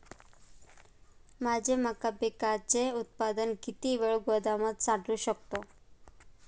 माझे मका पिकाचे उत्पादन किती वेळ गोदामात साठवू शकतो?